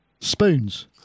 Spoons